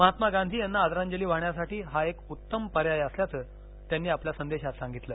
महात्मा गांधी यांना आदरांजली वाहण्यासाठी हा एक उत्तम पर्याय असल्याचं त्यांनी आपल्या संदेशात सांगितलं